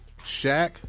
Shaq